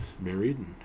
married